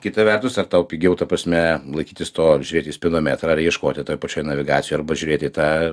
kita vertus ar tau pigiau ta prasme laikytis to ar žiūrėt į spidometrą ar ieškoti toj pačioj navigacijoj arba žiūrėt į tą